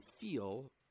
feel